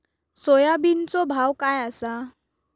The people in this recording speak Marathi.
सोयाबीनचो भाव काय आसा?